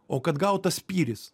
o kad gautas spyris